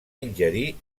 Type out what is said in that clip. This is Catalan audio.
ingerir